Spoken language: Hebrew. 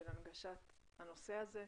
של הנגשת הנושא הזה.